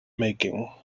making